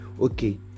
Okay